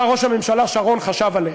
מה ראש הממשלה שרון חשב עליה.